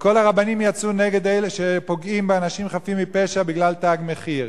כל הרבנים יצאו נגד אלה שפוגעים באנשים חפים מפשע בגלל "תג מחיר".